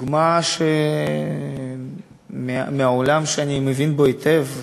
דוגמה מהעולם שאני מבין בו היטב,